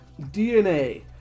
DNA